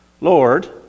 Lord